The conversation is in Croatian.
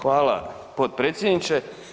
Hvala, potpredsjedniče.